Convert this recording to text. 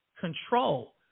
control